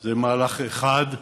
זה מהלך אחד,